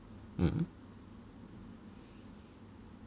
mm